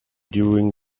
during